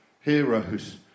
heroes